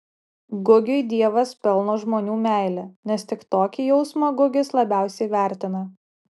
gugiui dievas pelno žmonių meilę nes tik tokį jausmą gugis labiausiai vertina